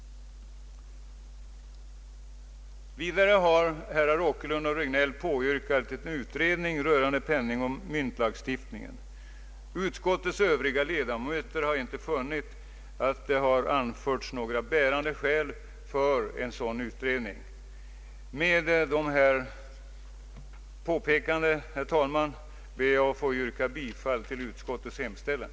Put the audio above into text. Vidare har herrar Åkerlund och Regnéll påyrkat en utredning rörande penningoch myntlagstiftningen. Utskottets övriga ledamöter har inte funnit att bärande skäl anförts för en sådan utredning. Med dessa ord, herr talman, ber jag att få yrka bifall till utskottets hemställan.